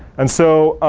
and so,